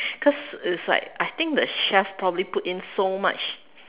because it's like I think the chef probably put in so much